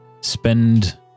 spend